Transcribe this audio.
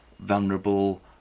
vulnerable